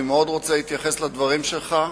אני מאוד רוצה להתייחס לדברים שלך,